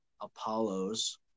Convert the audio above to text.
Apollos